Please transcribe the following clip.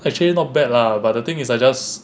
actually not bad lah but the thing is I just